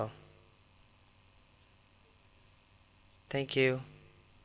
thank you